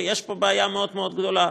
ויש פה בעיה מאוד מאוד גדולה,